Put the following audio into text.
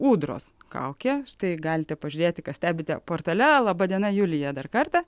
ūdros kaukė štai galite pažiūrėti kas stebite portale laba diena julija dar kartą